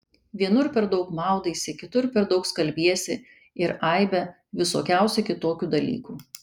vienur per daug maudaisi kitur per daug skalbiesi ir aibę visokiausių kitokių dalykų